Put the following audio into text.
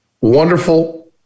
wonderful